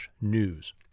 news